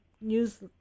news